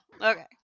Okay